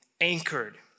anchored